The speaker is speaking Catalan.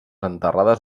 enterrades